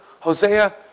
Hosea